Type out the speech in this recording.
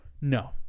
No